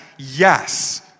Yes